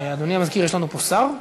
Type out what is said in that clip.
אדוני המזכיר, יש לנו פה שר?